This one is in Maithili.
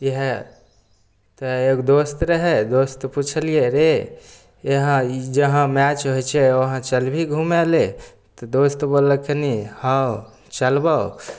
इएह तऽ एगो दोस्त रहै दोस्त पूछलियै रे इएह ई जहाँ मैच होइ छै वहाँ चलभी घूमे ले तऽ दोस्त बोललखिन हॅं चलबौ